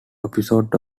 episode